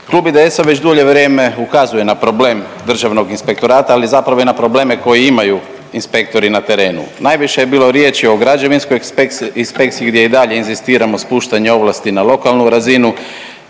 Klub IDS-a već dulje vrijeme ukazuje na problem Državnog inspektorata, ali zapravo i na probleme koje imaju inspektori na terenu. Najviše je bilo riječi o građevinskoj inspekciji gdje i dalje i inzistiramo spuštanje ovlasti na lokalnu razinu